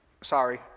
sorry